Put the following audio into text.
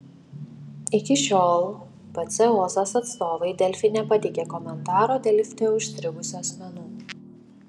iki šiol pc ozas atstovai delfi nepateikė komentaro dėl lifte užstrigusių asmenų